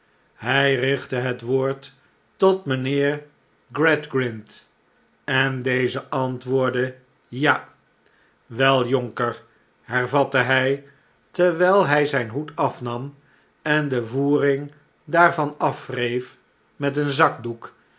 hij richtte net woord tot mijnheer gradgrind en deze antwoordde ja wel jonker hervatte hij terwh'l hij zijn hoed afnam en de voering daarvan afwreef met een zakdoek